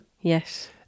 Yes